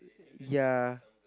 ya